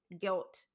guilt